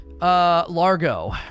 Largo